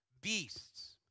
beasts